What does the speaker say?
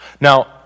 Now